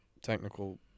technical